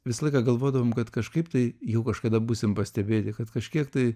visą laiką galvodavom kad kažkaip tai jau kažkada būsim pastebėti kad kažkiek tai